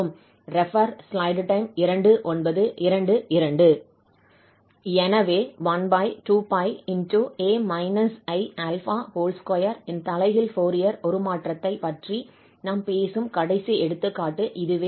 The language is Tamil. எனவே 12πa iα2 இன் தலைகீழ் ஃபோரியர் உருமாற்றத்தைப் பற்றி நாம் பேசும் கடைசி எடுத்துக்காட்டு இதுவே ஆகும்